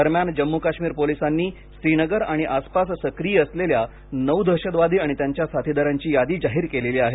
दरम्यान जम्मू काश्मीर पोलिसांनी श्रीनगर आणि आसपास सक्रिय असलेल्या नऊ दहशतवादी आणि त्यांच्या साथीदारांची यादी जाहीर केली आहे